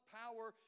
power